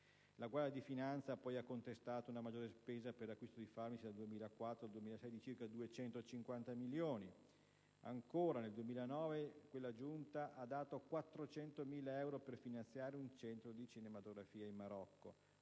La Guardia di finanza ha contestato una maggiore spesa per acquisto di farmaci, dal 2004 al 2006, di circa 250 milioni. Nel 2009, quella Giunta ha dato 400.000 euro per finanziare un centro di cinematografia in Marocco: